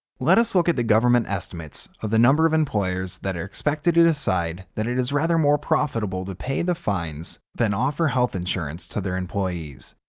let us look at the government estimates of the number of employers that are expected to decide that it is rather more profitable to pay the fines than to offer health insurance to their employees.